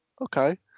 Okay